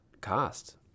cost